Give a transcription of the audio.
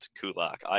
Kulak